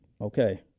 Okay